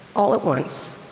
all at once,